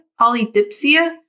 polydipsia